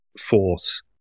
force